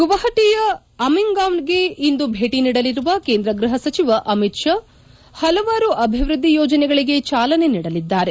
ಗುವಾಪಟಿಯ ಅಮಿಂಗಾಂವ್ಗೆ ಇಂದು ಭೇಟಿ ನೀಡಲಿರುವ ಕೇಂದ್ರ ಗೃಹ ಸಚಿವ ಅಮಿತ್ ಶಾ ಪಲವಾರು ಅಭಿವೃದ್ದಿ ಯೋಜನೆಗಳಿಗೆ ಚಾಲನೆ ನೀಡಲಿದ್ದಾರೆ